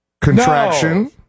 contraction